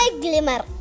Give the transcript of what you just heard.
Glimmer